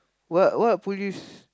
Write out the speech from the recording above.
what what police